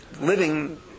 living